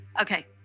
Okay